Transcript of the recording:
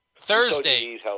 Thursday